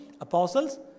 Apostles